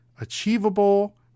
achievable